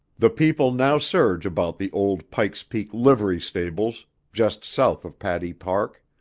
the people now surge about the old pike's peak livery stables, just south of pattee park.